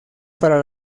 para